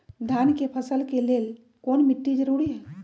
धान के फसल के लेल कौन मिट्टी जरूरी है?